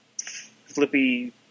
flippy